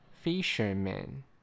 Fisherman